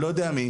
אני לא יודע מי,